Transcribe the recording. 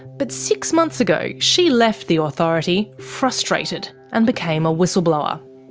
but six months ago she left the authority, frustrated, and became a whistle-blower.